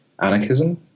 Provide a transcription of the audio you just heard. anarchism